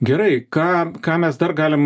gerai ką ką mes dar galim